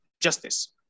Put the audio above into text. justice